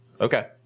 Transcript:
Okay